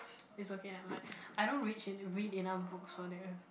it's okay never mind I don't reach read enough books for that